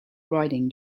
riding